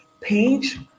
page